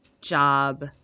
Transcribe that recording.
job